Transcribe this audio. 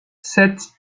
sept